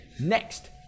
next